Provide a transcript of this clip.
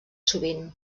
sovint